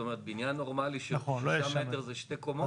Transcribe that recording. בנין נורמאלי של שישה מטר זה שתי קומות.